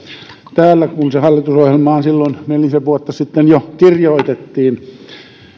täällä kun se hallitusohjelmaan silloin nelisen vuotta sitten jo kirjoitettiin